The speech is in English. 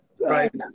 Right